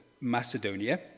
Macedonia